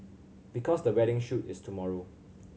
because the wedding shoot is tomorrow